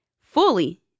Fully